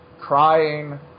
crying